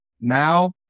Now